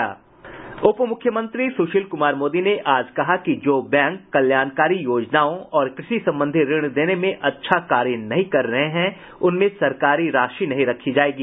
उपमुख्यमंत्री सुशील कुमार मोदी ने आज कहा कि जो बैंक कल्याणकारी योजनाओं और कृषि संबंधी ऋण देने में अच्छा कार्य नहीं कर रहे हैं उनमें सरकारी राशि नहीं रखी जायेगी